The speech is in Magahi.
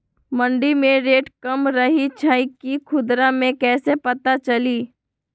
मंडी मे रेट कम रही छई कि खुदरा मे कैसे पता चली?